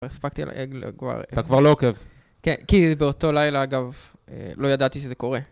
לא הספקתי על ה..., אתה כבר לא עוקב. כן, כי באותו לילה, אגב, לא ידעתי שזה קורה.